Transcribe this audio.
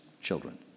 children